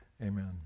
amen